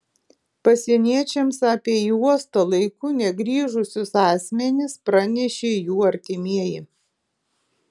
pasieniečiams apie į uostą laiku negrįžusius asmenis pranešė jų artimieji